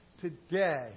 Today